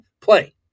play